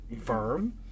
firm